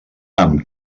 amb